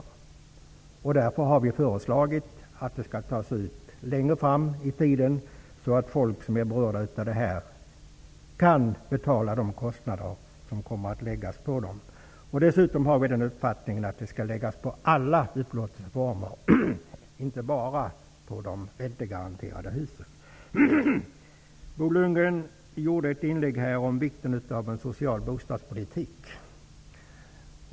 Därför har vi föreslagit att de 3 miljarderna skall tas ut längre fram i tiden, så att folk som är berörda kan betala de kostnader som kommer att läggas på dem. Dessutom har vi den uppfattningen att detta skall läggas på alla upplåtelseformer, inte bara på de räntegaranterade husen. Bo Lundgren gjorde ett inlägg om vikten av en social bostadspolitik.